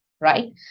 right